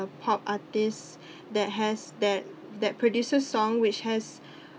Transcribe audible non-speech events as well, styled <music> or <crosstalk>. pop artists <breath> that has that that produces song which has